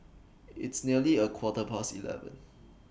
its nearly A Quarter Past eleven